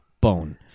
Bone